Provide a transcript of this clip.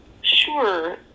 Sure